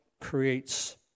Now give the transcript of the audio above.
creates